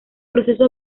proceso